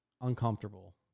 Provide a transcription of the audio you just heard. uncomfortable